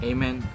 Amen